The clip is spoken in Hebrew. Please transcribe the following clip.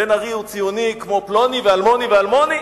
בן-ארי הוא ציוני כמו פלוני ואלמוני ואלמוני?